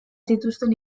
zituzten